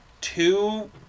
two